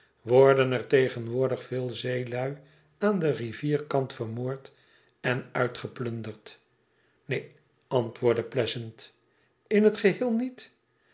worden er tegenwoordig veel zeelui aan den rivierkant vermoord en uitgeplunderd neen antwoordde pleasant iln het geheel niet